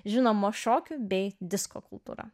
žinomo šokių bei disko kultūra